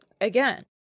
again